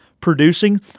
producing